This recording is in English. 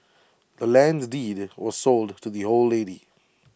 the land's deed was sold to the old lady